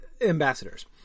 ambassadors